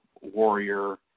warrior